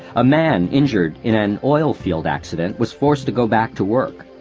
a man injured in an oil field accident was forced to go back to work,